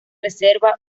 reserva